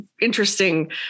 interesting